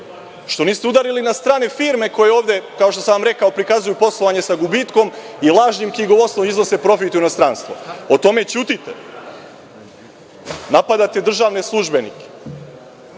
Što niste udarili na strane firme koje ovde, kao što sam vam rekao, prikazuju poslovanje sa gubitkom i lažnim knjigovodstvom i iznose profit u inostranstvo? O tome ćutite. Napadate državne službenike.I